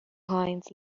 heinz